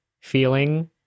feeling